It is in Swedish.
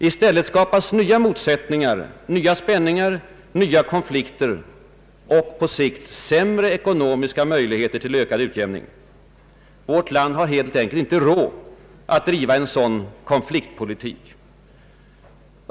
I stället skapas nya motsättningar, nya spänningar, nya konflikter och på längre sikt sämre ekonomiska möjligheter till ökad utjämning. Vårt land har helt enkelt inte råd att driva en sådan konfliktpolitik.